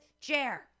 chair